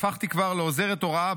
הפכתי כבר לעוזרת הוראה,